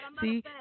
see